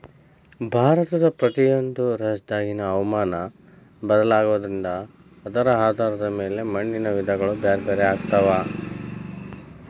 ಭಾರತದ ಪ್ರತಿಯೊಂದು ರಾಜ್ಯದಾಗಿನ ಹವಾಮಾನ ಬದಲಾಗೋದ್ರಿಂದ ಅದರ ಆಧಾರದ ಮ್ಯಾಲೆ ಮಣ್ಣಿನ ವಿಧಗಳು ಬ್ಯಾರ್ಬ್ಯಾರೇ ಆಗ್ತಾವ